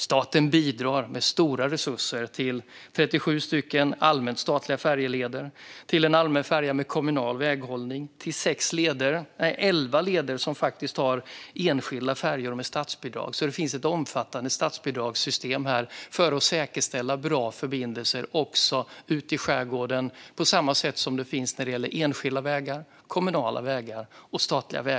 Staten bidrar med stora resurser till 37 allmänna statliga färjeleder, till en allmän färja med kommunal väghållning och till elva leder som har enskilda färjor med statsbidrag. Det finns alltså ett omfattande statsbidragssystem för att säkerställa bra förbindelser också i skärgården - på samma sätt som det finns när det gäller enskilda vägar, kommunala vägar och statliga vägar.